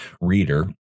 reader